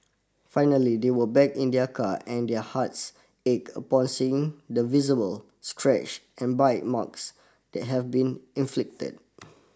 finally they went back in their car and their hearts ached upon seeing the visible scratches and bite marks that had been inflicted